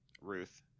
Ruth